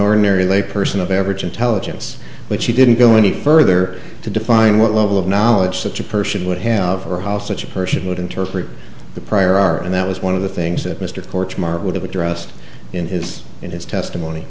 ordinary lay person of average intelligence but she didn't go any further to define what level of knowledge such a person would have or how such a person would interpret the prior art and that was one of the things that mr torch mark would have addressed in his in his testimony